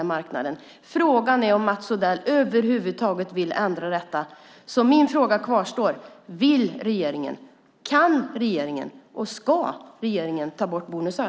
Vill Mats Odell över huvud taget ändra detta? Vill regeringen? Kan regeringen? Ska regeringen ta bort bonusar?